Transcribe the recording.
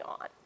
on